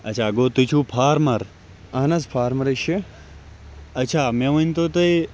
اَہن حظ فارمَر ہے چھِ